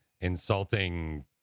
insulting